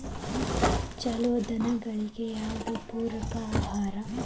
ಛಲೋ ದನಗಳಿಗೆ ಯಾವ್ದು ಪೂರಕ ಆಹಾರ?